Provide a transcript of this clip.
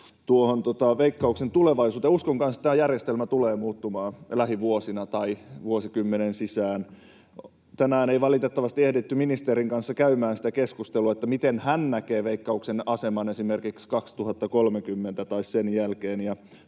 tuohon Veikkauksen tulevaisuuteen. Minäkin uskon, että tämä järjestelmä tulee muuttumaan lähivuosina tai vuosikymmenen sisään. Tänään ei valitettavasti ehditty ministerin kanssa käymään sitä keskustelua, miten hän näkee Veikkauksen aseman esimerkiksi 2030 tai sen jälkeen,